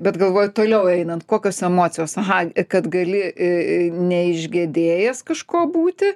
bet galvoju toliau einant kokios emocijos aha kad gali į į neišgedėjęs kažkuo būti